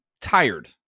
tired